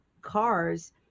cars